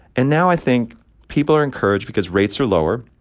and now i think people are encouraged because rates are lower.